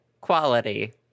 Quality